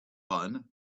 fun